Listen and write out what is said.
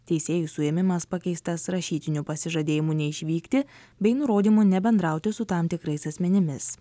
teisėjų suėmimas pakeistas rašytiniu pasižadėjimu neišvykti bei nurodymu nebendrauti su tam tikrais asmenimis